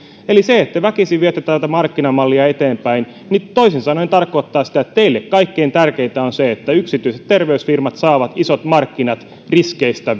eli se että te väkisin viette tätä markkinamallia eteenpäin toisin sanoen tarkoittaa nyt sitä että teille kaikkein tärkeintä on se että yksityiset terveysfirmat saavat isot markkinat riskeistä